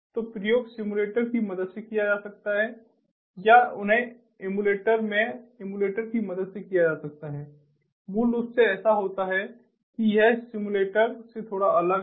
तो प्रयोग सिमुलेटर की मदद से किया जा सकता है या उन्हें एमुलेटर में एमुलेटर की मदद से किया जा सकता है मूल रूप से ऐसा होता है कि यह सिमुलेटर से थोड़ा अलग होता है